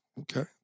Okay